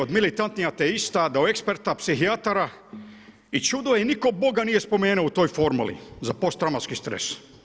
Od militantnih ateista, do eksperta psihijatara i čudo je, nitko Boga nije spomenuo u toj formuli za posttraumatski stres.